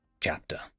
CHAPTER